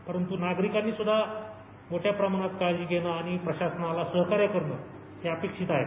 परंतू नागरिकांनी सुध्दा मोठ्या प्रमाणात काळजी घेणं आणि प्रशासनाला सहकार्य करणं हे अपेक्षित आहे